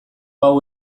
hau